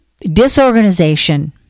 disorganization